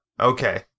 Okay